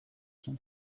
zen